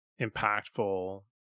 impactful